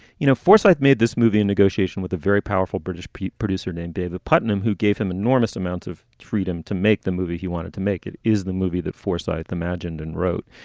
you know, force, i've made this movie in negotiation with a very powerful british producer named david puttnam, who gave him enormous amounts of freedom to make the movie. he wanted to make it is the movie that foresight imagined and wrote.